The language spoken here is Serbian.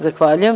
Zahvaljujem.